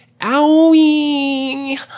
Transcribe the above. owie